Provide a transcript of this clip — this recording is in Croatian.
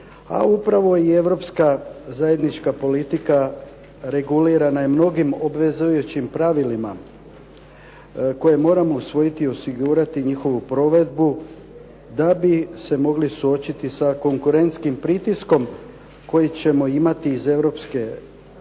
a upravo i europska zajednička politika regulirana je mnogim obvezujućim pravilima koje moramo usvojiti i osigurati njihovu provedbu da bi se mogli suočiti … sa konkurentskim pritiskom koji ćemo imati iz Europske unije,